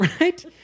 Right